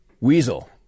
Weasel